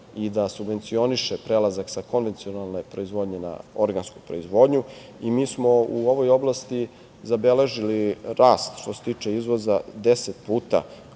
i da subvencioniše prelazak za konvencionalne proizvodnje na organsku proizvodnju i mi smo u ovoj oblasti zabeležili rast što se tiče izvoza 10 puta